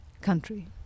country